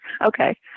okay